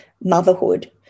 motherhood